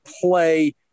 play